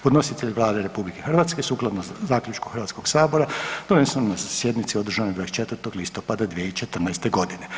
Podnositelj je Vlada RH sukladno Zaključku Hrvatskoga sabora donesenom na sjednici održanoj 24. listopada 2014. godine.